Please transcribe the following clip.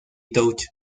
touch